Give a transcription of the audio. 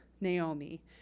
Naomi